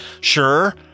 Sure